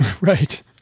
Right